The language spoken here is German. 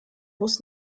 bus